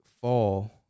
fall